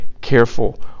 careful